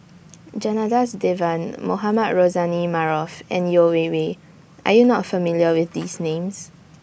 Janadas Devan Mohamed Rozani Maarof and Yeo Wei Wei Are YOU not familiar with These Names